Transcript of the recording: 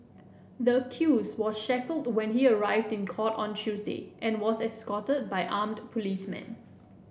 the accused was shackled when he arrived in court on Tuesday and was escorted by armed policemen